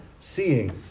seeing